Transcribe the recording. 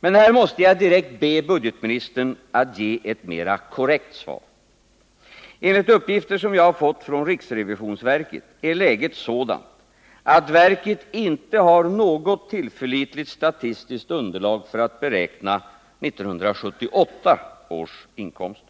Men här måste jag direkt be budgetministern att ge ett mera korrekt svar. Enligt uppgifter jag fått från riksrevisionsverket är läget sådant, att verket inte har något tillförlitligt statistiskt underlag för att beräkna 1978 års inkomster.